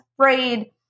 afraid